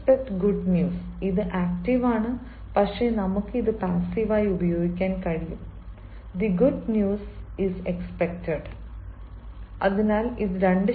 V expect good news We expect good news ഇത് active ആണ് പക്ഷേ നമുക്ക് ഇത് പാസിവ് ആയി ഉപയോഗിക്കാൻ കഴിയും the good news is expected the good news is expected